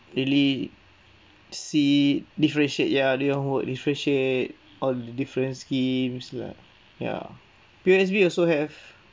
really see differentiate ya everyone would differentiate all the different schemes lah ya P_O_S_B also have